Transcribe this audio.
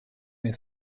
mia